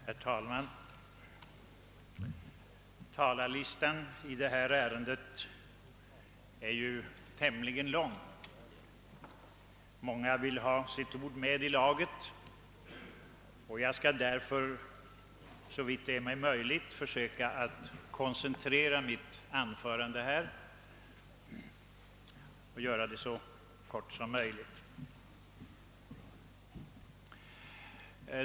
Herr talman! Talarlistan i detta ärende är tämligen lång. Många vill ha sitt ord med i laget, och jag skall därför såvitt det är mig möjligt försöka koncentrera mitt anförande och göra det så kort som möjligt.